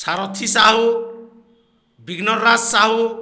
Sarathi Sahu Bighnaraj Sahu